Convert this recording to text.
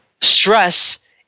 stress